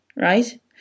right